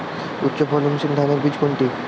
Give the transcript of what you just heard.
উচ্চ ফলনশীল ধানের বীজ কোনটি?